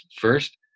first